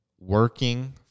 working